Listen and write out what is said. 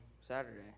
Saturday